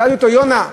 שאלתי אותו: יונה,